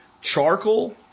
charcoal